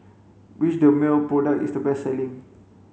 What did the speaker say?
which Dermale product is the best selling